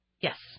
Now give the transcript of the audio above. Yes